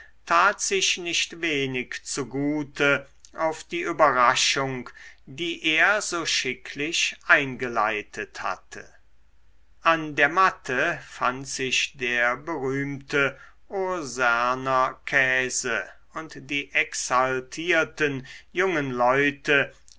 tat sich nicht wenig zugute auf die überraschung die er so schicklich eingeleitet hatte an der matte fand sich der berühmte urserner käse und die exaltierten jungen leute